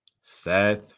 Seth